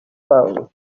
phone